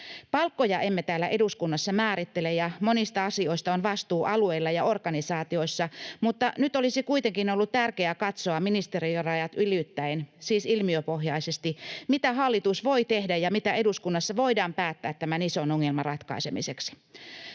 Palkkoja emme täällä eduskunnassa määrittele, ja monista asioista on vastuu alueilla ja organisaatioissa, mutta nyt olisi kuitenkin ollut tärkeää katsoa ministeriörajat ylittäen, siis ilmiöpohjaisesti, mitä hallitus voi tehdä ja mitä eduskunnassa voidaan päättää tämän ison ongelman ratkaisemiseksi.